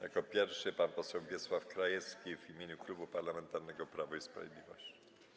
Jako pierwszy pan poseł Wiesław Krajewski w imieniu Klubu Parlamentarnego Prawo i Sprawiedliwość.